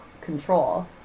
control